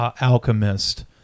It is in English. alchemist